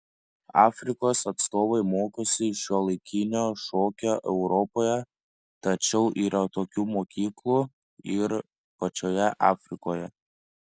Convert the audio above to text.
afrikos atstovai mokosi šiuolaikinio šokio europoje tačiau yra tokių mokyklų ir pačioje afrikoje